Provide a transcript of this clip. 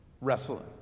wrestling